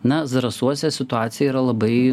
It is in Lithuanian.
na zarasuose situacija yra labai